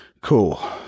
Cool